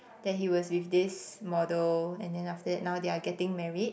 that he was with this model and then after that now they are getting married